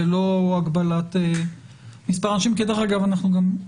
ולא מספר האנשים, כי דרך אגב אנחנו גם,